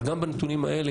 אבל גם בנתונים האלה,